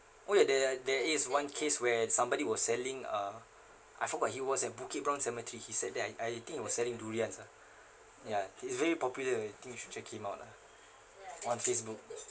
oh ya there are there is one case where somebody was selling uh I forgot he was at bukit brown cemetery he said that I I think he was selling durians ah ya uh he is very popular I think you should check him out lah on Facebook